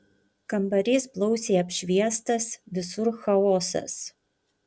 kambarys blausiai apšviestas visur chaosas